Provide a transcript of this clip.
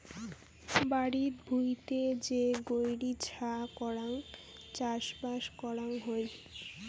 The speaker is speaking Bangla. বাড়িত ভুঁইতে যে গৈরী ছা করাং চাষবাস করাং হই